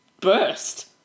burst